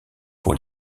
pour